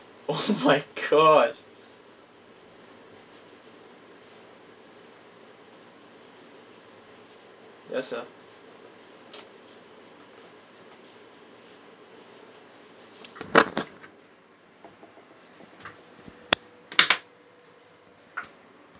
oh my gosh ya sia